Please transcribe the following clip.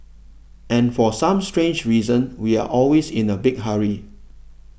and for some strange reasons we are always in a big hurry